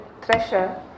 treasure